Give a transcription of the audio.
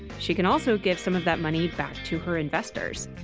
she can also give some of that money back to her investors.